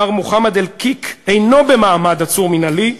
מר מוחמד אלקיק אינו במעמד עצור מינהלי.